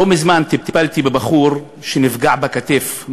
לא מזמן טיפלתי בבחור שנפגע בכתף,